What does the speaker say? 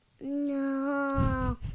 No